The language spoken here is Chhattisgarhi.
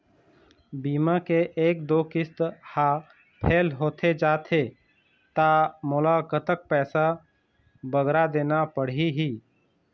बीमा के एक दो किस्त हा फेल होथे जा थे ता मोला कतक पैसा बगरा देना पड़ही ही?